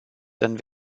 dann